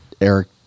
Eric